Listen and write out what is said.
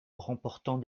remportant